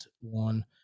one